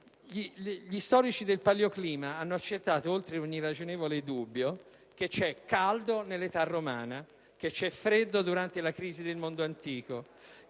Gli storici del paleoclima hanno accertato, oltre ogni ragionevole dubbio, che c'è stato caldo nella età romana, freddo durante la crisi del mondo antico,